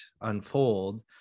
unfold